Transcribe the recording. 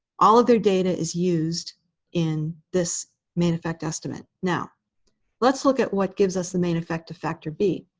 all of their data is used in this main effect estimate. now let's look at what gives us the main effect of factor b.